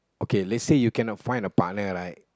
okay let's say you cannot find a partner right